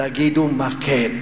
תגידו מה כן.